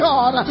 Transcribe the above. God